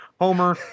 Homer